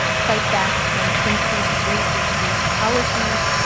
fight back against centuries of racist u s. policies,